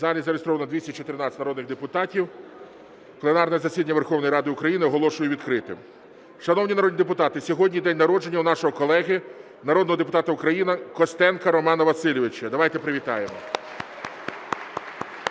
залі зареєстровано 214 народних депутатів. Пленарне засідання Верховної Ради України оголошую відкритим. Шановні народні депутати, сьогодні день народження у нашого колеги народного депутата України Костенка Романа Васильовича. Давайте привітаємо.